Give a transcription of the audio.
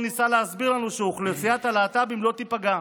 הוא ניסה להסביר לנו שאוכלוסיית הלהט"בים לא תיפגע.